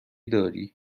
داری